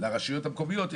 לרשויות המקומיות,